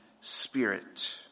Spirit